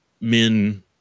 men